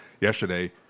yesterday